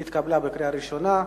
התקבלה בקריאה ראשונה,